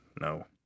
no